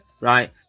Right